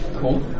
Cool